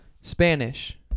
Spanish